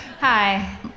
Hi